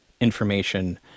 information